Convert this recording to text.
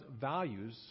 values